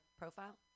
profile